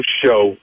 show